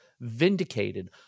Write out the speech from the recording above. vindicated